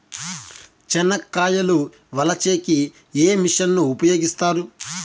చెనక్కాయలు వలచే కి ఏ మిషన్ ను ఉపయోగిస్తారు?